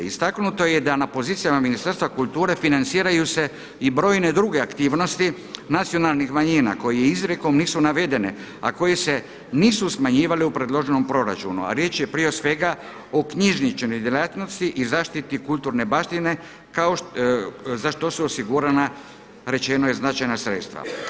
Istaknuto je da na pozicijama Ministarstva kulture financiraju se i brojne druge aktivnosti nacionalnih manjina koje izrijekom nisu navedene, a koje se nisu smanjivale u predloženom proračunu, a riječ je prije svega o knjižničnoj djelatnosti i zaštiti kulturne baštine za što su osigurana rečeno je značajna sredstva.